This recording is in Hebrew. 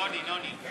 נוני, נוני.